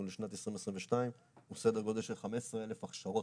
לשנת 2022 הוא סדר גודל של 15,000 הכשרות,